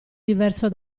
diverso